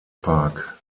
park